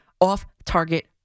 off-target